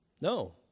No